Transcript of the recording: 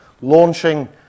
Launching